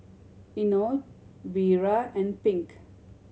Enoch Vira and Pink